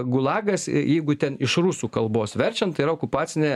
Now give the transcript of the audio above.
gulagas jeigu ten iš rusų kalbos verčiant tai yra okupacinė